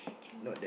true